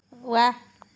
ৱাহ